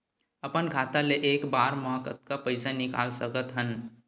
अपन खाता ले एक बार मा कतका पईसा निकाल सकत हन?